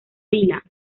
vila